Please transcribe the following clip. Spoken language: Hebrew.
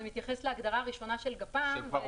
זה מתייחס להגדרה הראשונה של גפ"מ.